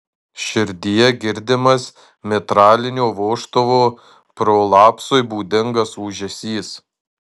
širdyje girdimas mitralinio vožtuvo prolapsui būdingas ūžesys